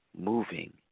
Moving